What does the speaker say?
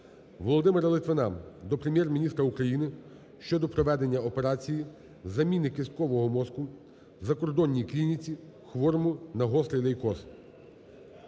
Володимира Литвина до Прем'єр-міністра України щодо проведення операції з заміни кісткового мозку в закордонній клініці хворому на гострий лейкоз.